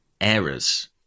errors